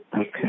Okay